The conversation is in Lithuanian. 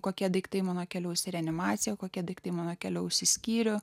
kokie daiktai mano keliaus į reanimaciją kokie daiktai mano keliaus į skyrių